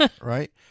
right